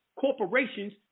corporations